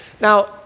Now